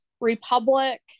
Republic